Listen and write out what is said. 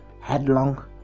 headlong